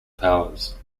powers